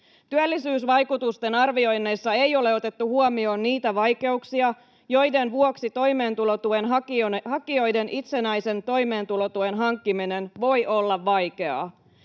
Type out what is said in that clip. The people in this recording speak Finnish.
Työllisyysvaikutusten arvioinneissa ei ole otettu huomioon niitä vaikeuksia, joiden vuoksi toimeentulotuen hakijoiden itsenäinen toimeentulotuen hankkiminen voi olla vaikeaa.